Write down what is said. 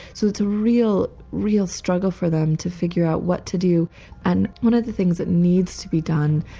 so it's a real, real struggle for them to figure out what to do and one of the things that needs to be done,